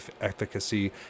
efficacy